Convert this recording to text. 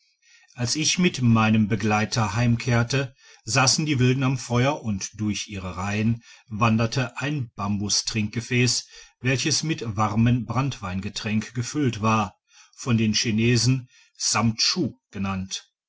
als ich mit meinem begleiter heimkehrte sassen die wilden am feuer und durch ihre reihen wanderte ein bambustrinkgefäss welches mit warmem branntwein getränk gefüllt war von den chinesen samchu genannt